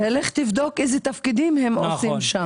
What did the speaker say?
לך תבדוק איזה תפקידים הם עושים שם.